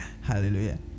Hallelujah